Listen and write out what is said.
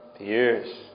years